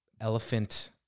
elephant